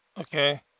Okay